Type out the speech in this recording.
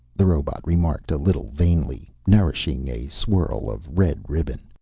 the robot remarked a little vainly, nourishing a swirl of red ribbon.